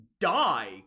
die